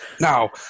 Now